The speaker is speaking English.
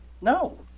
No